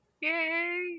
Yay